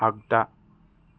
आग्दा